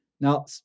Now